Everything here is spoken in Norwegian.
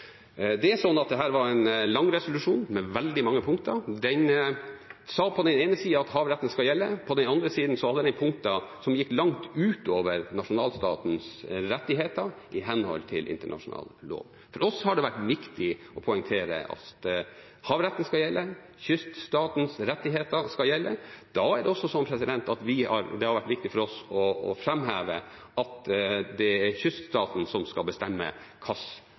var en lang resolusjon med veldig mange punkter. Den sa på den ene siden at havretten skal gjelde. På den andre siden hadde den punkter som gikk langt utover nasjonalstatens rettigheter i henhold til internasjonal lov. For oss har det vært viktig å poengtere at havretten skal gjelde, kyststatens rettigheter skal gjelde. Da har det vært viktig for oss å framheve at det er kyststaten som skal bestemme hva slags aktivitet det skal være i kyststatens territorier. Det var viktig for oss i kommunikasjonen mot EU. Så er